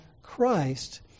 Christ